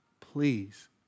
please